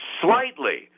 slightly